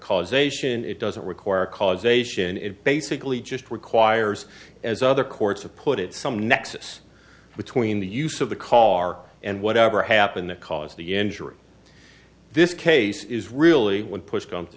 cause ation it doesn't require causation it basically just requires as other courts have put it some nexus between the use of the car and whatever happened that caused the injury in this case is really when push comes to